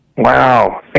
Wow